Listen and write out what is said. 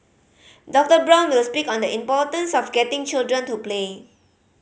Doctor Brown will speak on the importance of getting children to play